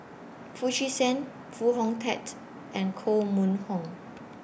Foo Chee San Foo Hong Tatt and Koh Mun Hong